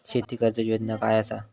शेती कर्ज योजना काय असा?